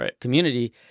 community